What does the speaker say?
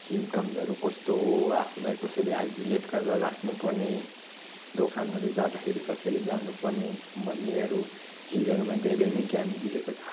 सिमटम्सहरू कस्तो हो आफूलाई कसरी आइसोलेट गरेर राख्नुपर्ने दोकानहरू जाँदाखेरि कसरी जानु पर्ने भन्नेहरू चिजहरूमा धेरै नै ज्ञान दिएको छ